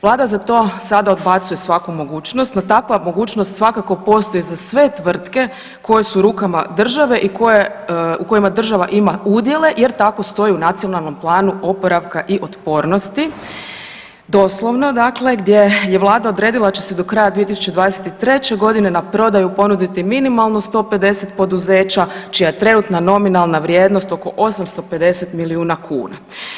Vlada za to odbacuje svaku mogućnost, no takva mogućnost svakako postoji za sve tvrtke koje su u rukama države i koje, u kojima država ima udjele jer tako stoji u Nacionalnom planu oporavka i otpornosti, doslovno dakle gdje je Vlada odredila da će do kraja 2023. godine na prodaju ponuditi minimalno 150 poduzeća čija je trenutna nominalna vrijednost oko 850 milijuna kuna.